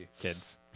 kids